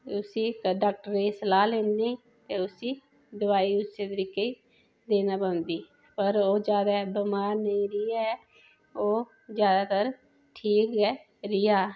उसी डाॅक्टरे दी सलाह लैनी पौंदी कि उसी दबाई उसे तरिके देई देना पौंदी पर ओह् ज्यादा बमार नेई रेहा ऐ ओह् ज्यादातर ठीक गै रेहा